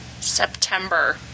September